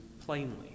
plainly